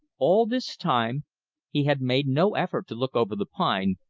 all this time he had made no effort to look over the pine,